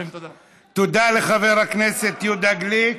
תודה לחבר הכנסת יהודה גליק.